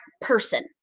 person